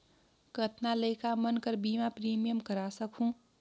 कतना लइका मन कर बीमा प्रीमियम करा सकहुं?